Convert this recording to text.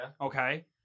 okay